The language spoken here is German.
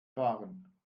fahren